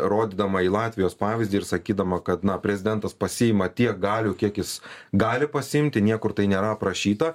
rodydama į latvijos pavyzdį ir sakydama kad na prezidentas pasiima tiek galių kiek jis gali pasiimti niekur tai nėra aprašyta